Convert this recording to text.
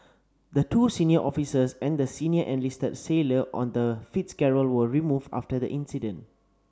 the two senior officers and the senior enlisted sailor on the Fitzgerald were removed after the incident